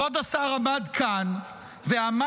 כבוד השר עמד כאן ואמר: